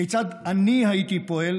כיצד אני הייתי פועל